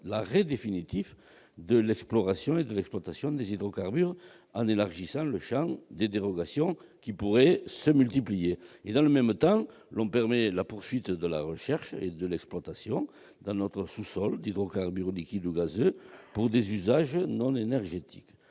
l'arrêt définitif de l'exploration et de l'exploitation des hydrocarbures -, en élargissant le champ des dérogations, qui pourraient se multiplier. Dans le même temps, on permet la poursuite de la recherche et de l'exploitation dans notre sous-sol d'hydrocarbures liquides ou gazeux, pour des usages non énergétiques.